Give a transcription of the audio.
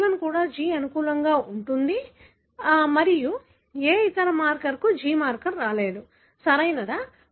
B1 కూడా G కి అనుకూలంగా ఉంటుంది మరియు ఏ ఇతర మార్కర్కు G మార్కర్ రాలేదు సరియైనదా